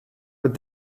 but